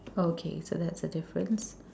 okay so that's a difference